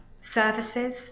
services